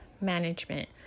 management